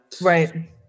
right